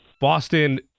Boston